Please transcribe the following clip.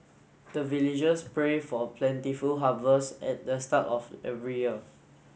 the villagers pray for plentiful harvest at the start of every year